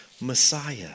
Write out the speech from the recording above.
Messiah